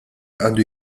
għandu